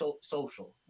social